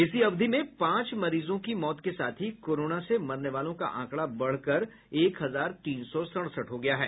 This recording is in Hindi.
इसी अवधि में पांच मरीजों की मौत के साथ ही कोरोना से मरने वालों का आंकड़ा बढ़कर एक हजार तीन सौ सड़सठ हो गया है